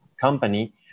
company